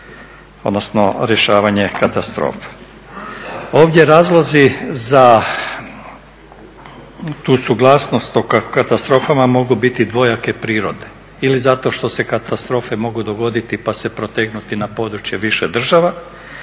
odnosno rješavanje katastrofe. Ovdje razlozi za tu suglasnost o katastrofama mogu biti dvojake prirode ili zato što se katastrofe mogu dogoditi pa se protegnuti na područje više država